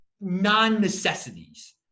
non-necessities